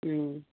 ꯎꯝ